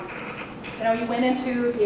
so he went into